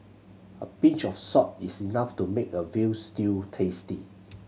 a pinch of salt is enough to make a veal stew tasty